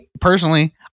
personally